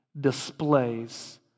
displays